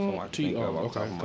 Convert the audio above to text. Okay